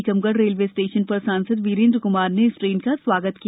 Tikamgarh railway station पर सांसद वीरेन्द्र क्मार ने इस ट्रेन का स्वागत किया